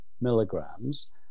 milligrams